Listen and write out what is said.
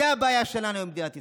זאת הבעיה שלנו במדינת ישראל,